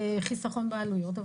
חיסכון בעלויות.